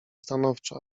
stanowczo